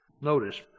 Notice